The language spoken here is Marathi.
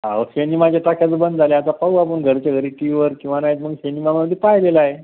अहो सिनेमाचे टॉक्याज बंद झाले आता पाहू आपण घरचे घरी टी व्हीवर किंवा नाही तर मग सिनेमामध्ये पाहिलेला आहे